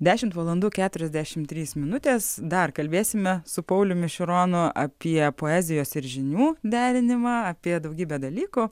dešimt valandų keturiasdešimt trys minutės dar kalbėsime su pauliumi šironu apie poezijos ir žinių derinimą apie daugybę dalykų